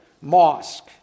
mosque